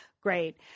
Great